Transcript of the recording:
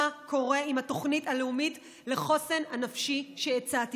קורה עם התוכנית הלאומית לחוסן הנפשי שהצעתי.